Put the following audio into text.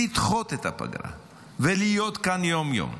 לדחות את הפגרה ולהיות כאן יום-יום,